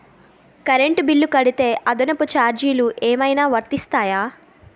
Current bill కడితే అదనపు ఛార్జీలు ఏమైనా వర్తిస్తాయా?